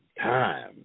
time